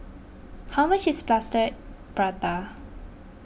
how much is Plaster Prata